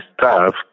staff